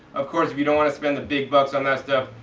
of course if you don't want to spend the big bucks on that stuff,